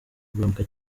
guhemuka